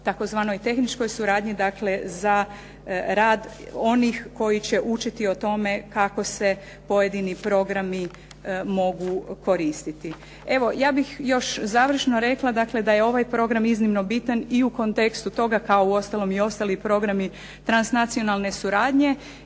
tzv. tehničkoj suradnji dakle, za rad onih koji će učiti o tome kako se pojedini programi mogu koristiti. Evo ja bih još završno rekla dakle, da je ovaj program iznimno bitan i u kontekstu toga kao uostalom i ostali programi transnacionalne suradnje